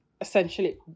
essentially